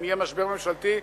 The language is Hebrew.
אם יהיה משבר ממשלתי,